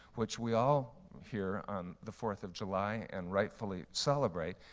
which we all hear on the fourth of july, and rightfully celebrate.